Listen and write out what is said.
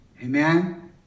Amen